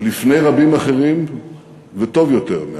לפני רבים אחרים וטוב יותר מאחרים: